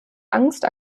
angst